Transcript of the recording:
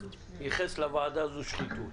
ייחס לוועדה הזו שחיתות.